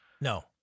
No